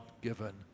given